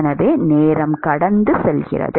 எனவே நேரம் கடந்து செல்கிறது